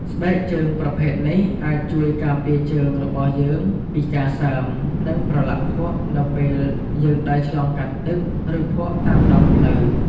ស្បែកជើងប្រភេទនេះអាចជួយការពារជើងរបស់យើងពីការសើម និងប្រឡាក់ភក់នៅពេលយើងដើរឆ្លងកាត់ទឹក ឬភក់តាមដងផ្លូវ។